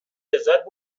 لذت